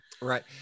right